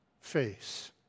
face